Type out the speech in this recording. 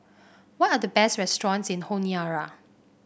what are the best restaurants in Honiara